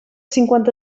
cinquanta